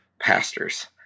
pastors